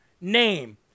name